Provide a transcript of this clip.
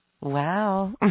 Wow